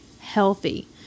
healthy